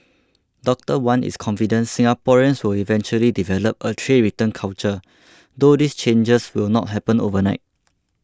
Doctor Wan is confident Singaporeans will eventually develop a tray return culture though these changes will not happen overnight